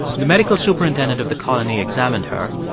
the medical superintendent of the colony examined her.